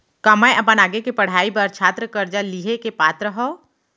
का मै अपन आगे के पढ़ाई बर छात्र कर्जा लिहे के पात्र हव?